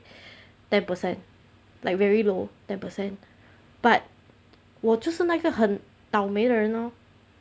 ten percent like very low ten percent but 我就是那个很倒霉的人 lor